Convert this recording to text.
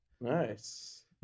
Nice